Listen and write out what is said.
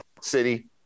city